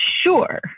sure